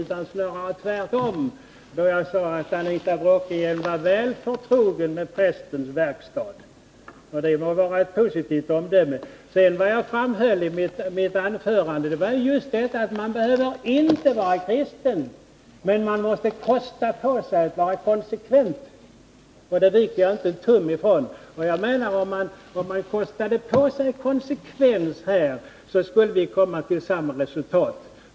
Det var snarare tvärtom, när jag sade att Anita Bråkenhielm var väl förtrogen med prästens verkstad. Det var ett positivt omdöme. Vad jag framhöll i mitt anförande var just detta att man inte behöver vara kristen men att man måste kosta på sig att vara konsekvent. Det viker jag inte en tum ifrån. Om man kostade på sig konsekvens här skulle vi komma till samma resultat.